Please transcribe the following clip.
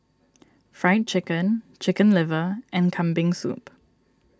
Fried Chicken Chicken Liver and Kambing Soup